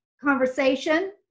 conversation